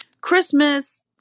Christmas